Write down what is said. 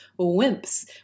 WIMPs